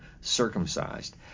circumcised